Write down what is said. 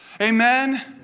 amen